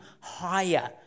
higher